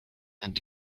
and